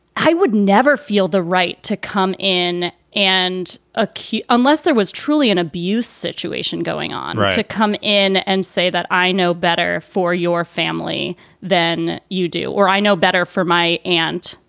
i would never feel the right to come in and a key unless there was truly an abuse situation going on to come in and say that i know better for your family than you do or i know better for my aunt.